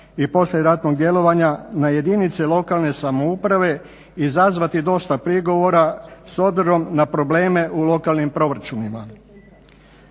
i poslijeratnog djelovanja na jedinice lokalne samouprave izazvati dosta prigovora s obzirom na probleme u lokalnim proračunima.